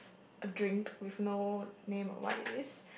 a drink with no name or what it is